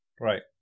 right